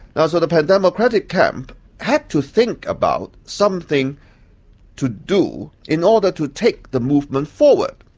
ah so the pan democratic camp had to think about something to do in order to take the movement forward.